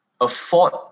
afford